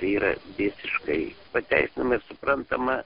tai yra visiškai pateisinama ir suprantama